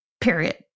period